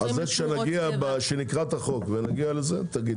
אז זה כשנגיע, כנקרא את החוק ונגיע לזה תגידי.